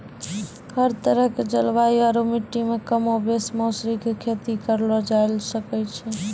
हर तरह के जलवायु आरो मिट्टी मॅ कमोबेश मौसरी के खेती करलो जाय ल सकै छॅ